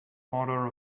order